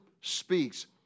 speaks